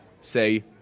say